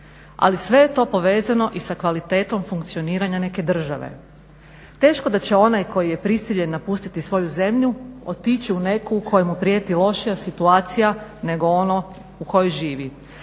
ali sve je to povezano i sa kvalitetom funkcioniranja neke države. Teško da će onaj koji je prisiljen napustiti svoju zemlju otići u neku u kojem mu prijeti lošija situacija nego ono u kojoj živi.